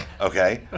Okay